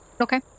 Okay